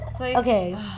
Okay